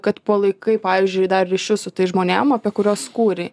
kad palaikai pavyzdžiui dar ryšius su tais žmonėm apie kuriuos kūrei